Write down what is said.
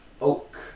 oak